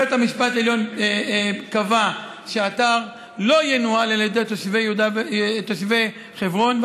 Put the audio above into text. בית המשפט העליון קבע שהאתר לא ינוהל על ידי תושבי חברון,